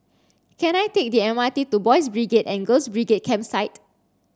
can I take the M R T to Boys' Brigade and Girls' Brigade Campsite